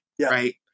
right